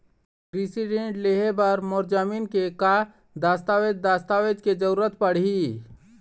कृषि ऋण लेहे बर मोर जमीन के का दस्तावेज दस्तावेज के जरूरत पड़ही?